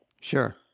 Sure